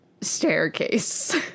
staircase